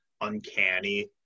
uncanny